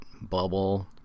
bubble